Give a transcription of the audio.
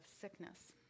sickness